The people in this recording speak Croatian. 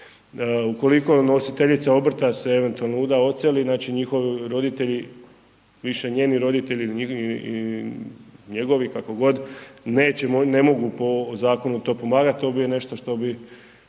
Ukoliko nositeljica obrta se eventualno uda, odseli, znači njihovi roditelji, više njeni roditelji i njegovi, kako god neće, neće, ne mogu po zakonu to pomagati, dobije nešto što bi,